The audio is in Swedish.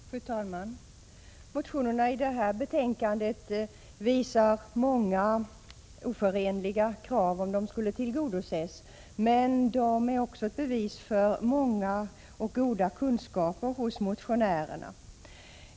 Fru talman! Motionerna i detta betänkande uppvisar många oförenliga krav, men de är också bevis på goda kunskaper hos motionärerna.